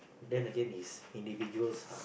then again it's individuals lah